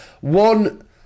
One